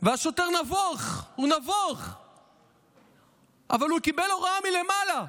והשוטר נבוך, אבל הוא קיבל הוראה מלמעלה.